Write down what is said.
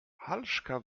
halszka